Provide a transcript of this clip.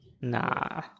Nah